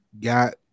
got